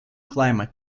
climate